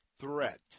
threat